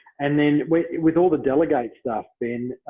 and then with all the delegates stuff, ben,